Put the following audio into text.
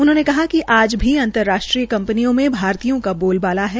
उन्होंने कहा कि आज भी अंतर्राष्ट्रीय कंपनियों में भारतीयों का बोलबाला है